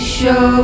show